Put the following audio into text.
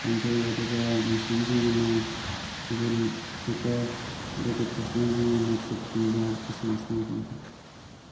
ꯄꯥꯡꯊꯣꯛꯏ ꯑꯗꯨꯒ ꯃꯨꯁꯂꯤꯝꯁꯤꯡꯒꯤꯅ ꯏꯗꯨꯜ ꯐꯤꯇꯔ ꯑꯗꯨꯒ ꯈ꯭ꯔꯤꯁꯇꯦꯟ ꯁꯤꯡꯒꯤꯅ ꯀꯨꯠ ꯀꯨꯝꯕ ꯈ꯭ꯔꯤꯁꯃꯥꯁ ꯀꯨꯝꯕ ꯄꯥꯡꯊꯣꯛꯏ